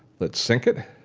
let's sync it.